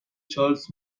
charles